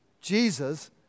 Jesus